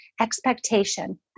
expectation